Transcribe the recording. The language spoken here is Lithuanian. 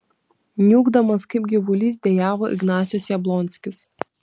niūkdamas kaip gyvulys dejavo ignacius jablonskis